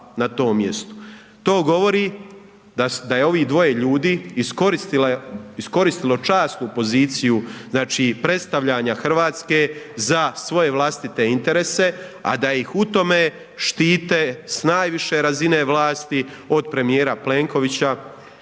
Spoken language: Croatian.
To govori, da je ovo dvoje ljudi, iskoristilo časnu poziciju, znači predstavljanja Hrvatske, za svoje vlastite interese, a da ih u tome štite s najviše razine vlasti, od premjera Plenkovića